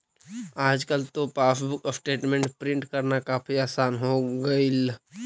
आजकल तो passbook statement print करना काफी आसान हो गईल